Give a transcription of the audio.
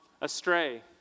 astray